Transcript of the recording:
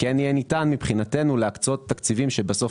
כן יהיה ניתן מבחינתנו להקצות תקציבים שבסוף מגיעים מהכיס של הצרכן.